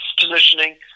positioning